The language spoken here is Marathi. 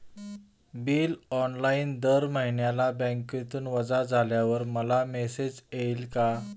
बिल ऑनलाइन दर महिन्याला बँकेतून वजा झाल्यावर मला मेसेज येईल का?